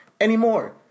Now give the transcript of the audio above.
anymore